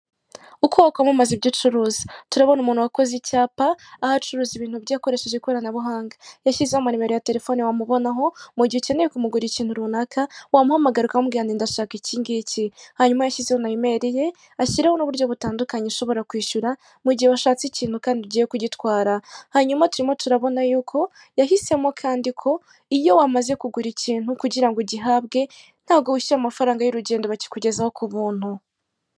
Uko wakwamamaza ibyo ucuruza. Turabona umuntu wakoze icyapa, aho acuruza ibintu bye akoresheje ikoranabuhanga, yashyizeho amanimero ya terefone wamubonaho, mu gihe ukeneye kumugurira ikintu runaka, wamuhamagara ukamubwira ngo ndashaka ikingiki, hanyuma yashyizeho na imeri ye, ashyiraho n'uburyo butandukanye ushobora kwishyura, mu gihe washatse ikintu kandi ugiye kugitwara, hanyuma turimo turabona yuko yahisemo kandi ko iyo wamaze kugura ikintu kugirango ugihabwe ntago wishyura amafaranga y'urugendo bakikugezaho ku buntu.